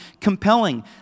compelling